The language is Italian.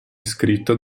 scritto